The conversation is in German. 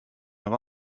aber